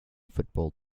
football